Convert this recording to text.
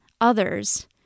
others